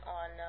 on